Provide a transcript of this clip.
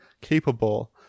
capable